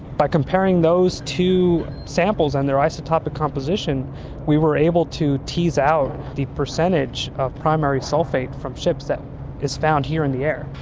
by comparing those two samples and their isotopic composition we were able to tease out the percentage of primary sulphate from ships that is found here in the air.